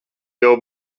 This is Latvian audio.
jau